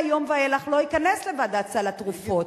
מהיום ואילך לא ייכנס לסל התרופות.